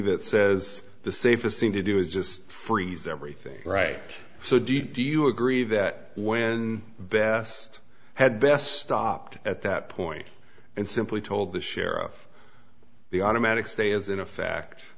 that says the safest thing to do is just freeze everything right so do you agree that when best had best stopped at that point and simply told the sheriff the automatic stay is in effect